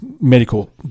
medical